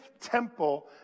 temple